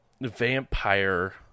Vampire